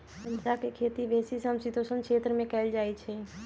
गञजा के खेती बेशी समशीतोष्ण क्षेत्र में कएल जाइ छइ